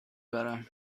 برم